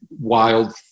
wild